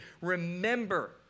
remember